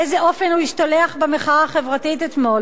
באיזה אופן הוא השתלח במחאה החברתית אתמול,